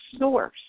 source